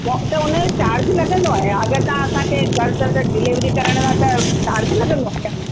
मो त उन जो चार्ज लॻंदो आहे छा अगरि तव्हां असांखे घरु डिलीवरी करण लाइ चार्ज लॻंदो छा